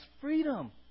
freedom